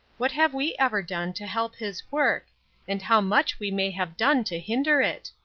what have we ever done to help his work and how much we may have done to hinder it!